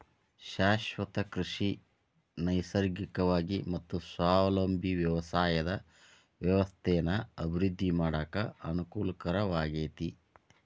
ಶಾಶ್ವತ ಕೃಷಿ ನೈಸರ್ಗಿಕವಾಗಿ ಮತ್ತ ಸ್ವಾವಲಂಬಿ ವ್ಯವಸಾಯದ ವ್ಯವಸ್ಥೆನ ಅಭಿವೃದ್ಧಿ ಮಾಡಾಕ ಅನಕೂಲಕರವಾಗೇತಿ